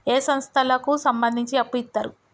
ఏ సంస్థలకు సంబంధించి అప్పు ఇత్తరు?